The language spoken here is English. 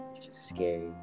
scary